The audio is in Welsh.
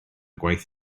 gwaith